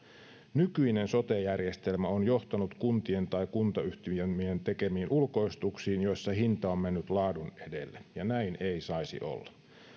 nykyinen sote järjestelmä on johtanut kuntien ja kuntayhtymien tekemiin ulkoistuksiin joissa hinta on mennyt laadun edelle ja näin ei saisi olla